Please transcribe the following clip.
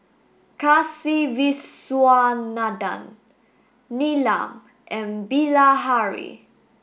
Kasiviswanathan Neelam and Bilahari